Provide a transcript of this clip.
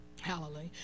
Hallelujah